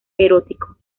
erótico